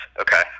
Okay